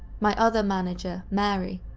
my other manager, mary,